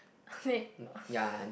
wait